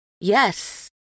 Yes